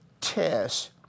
test